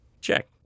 Check